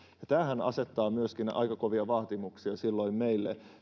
ja tämähän asettaa myöskin aika kovia vaatimuksia meille